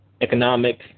economic